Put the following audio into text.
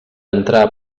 entrar